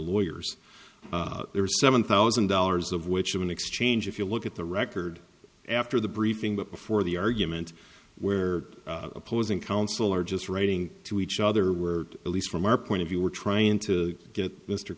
lawyers there are seven thousand dollars of which of an exchange if you look at the record after the briefing but before the argument where opposing counsel are just writing to each other we're at least from our point of view we're trying to get mr